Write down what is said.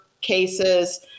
cases